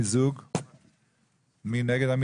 מי נגד?